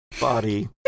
body